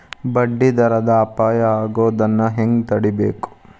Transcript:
ಬಡ್ಡಿ ದರದ್ ಅಪಾಯಾ ಆಗೊದನ್ನ ಹೆಂಗ್ ತಡೇಬಕು?